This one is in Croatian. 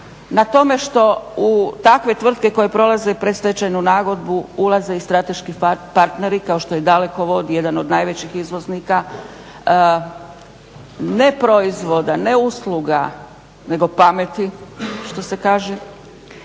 na tome što u takve tvrtke koje prolaze predstečajnu nagodbu ulaze i strateški partneri kao što je i Dalekovod, jedan od najvećih izvoznika, ne proizvoda, ne usluga, nego pameti što se kaže.